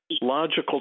logical